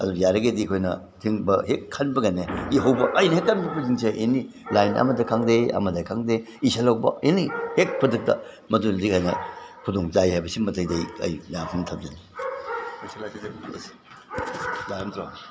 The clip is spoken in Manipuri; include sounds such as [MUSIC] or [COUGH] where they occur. ꯑꯗꯨꯅ ꯌꯥꯔꯤꯒꯩꯗꯤ ꯑꯩꯈꯣꯏꯅ ꯍꯦꯛ ꯈꯟꯕꯒꯅꯦ ꯏꯍꯧꯕ [UNINTELLIGIBLE] ꯑꯦꯅꯤ ꯂꯥꯏꯟ ꯑꯃꯗ ꯈꯪꯗꯦ ꯑꯃꯗ ꯈꯪꯗꯦ ꯏꯁꯤꯜꯍꯧꯕ ꯑꯦꯅꯤ ꯍꯦꯛ ꯈꯨꯗꯛꯇ ꯃꯗꯨꯅꯗꯤ ꯀꯩꯅꯣ ꯈꯨꯗꯣꯡ ꯆꯥꯏ ꯍꯥꯏꯕꯁꯤꯃꯇꯪꯗꯤ ꯑꯩ ꯃꯤꯌꯥꯝꯒꯤ ꯃꯐꯝꯗ ꯊꯝꯖꯅꯤꯡꯏ